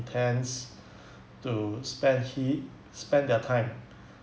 plans to spend he spend their time